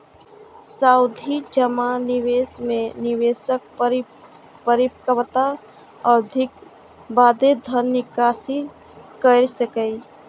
सावधि जमा निवेश मे निवेशक परिपक्वता अवधिक बादे धन निकासी कैर सकैए